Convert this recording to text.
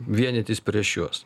vienytis prieš juos